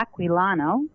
Aquilano